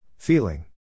Feeling